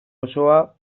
osoa